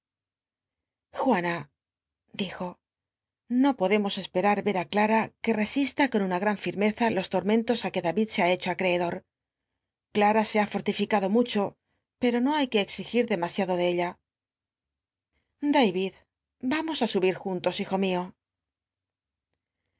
juana dijo no podemos esperar rct ü clara que resista con una gran firm eza los to nncnlos á que david se ita hecho acreedor clara se ita l l'lilicado mucho pero no hay que cxigit demasiado de ella david vamos á subir juntos hijo mio